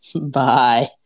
Bye